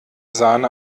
sahne